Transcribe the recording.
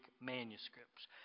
manuscripts